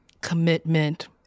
commitment